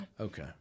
Okay